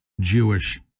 Jewish